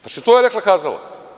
Znači, to je rekla kazala.